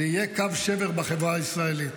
זה יהיה קו שבר בחברה הישראלית.